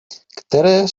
které